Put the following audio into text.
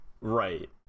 Right